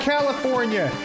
California